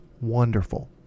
wonderful